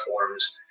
platforms